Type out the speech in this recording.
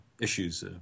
issues